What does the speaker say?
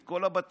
את כל הבטיח,